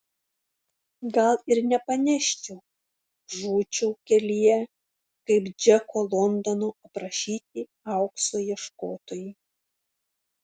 gal ir nepaneščiau žūčiau kelyje kaip džeko londono aprašyti aukso ieškotojai